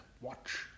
watch